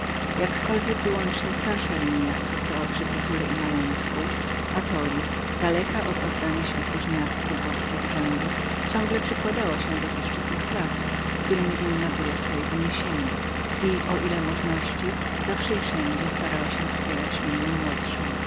jakkolwiek starsza linia wyłącznie została przy tytule i majątku atoli daleka od oddania się próżniactwu dworskich urzędów ciągle przykładała się do zaszczytnych prac którym winna była swoje wyniesienie i o ile możności zawsze i wszędzie starała się wspierać linię młodszą